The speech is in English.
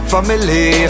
Family